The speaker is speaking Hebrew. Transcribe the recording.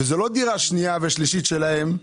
שזו לא דירה שנייה ושלישית שלהם.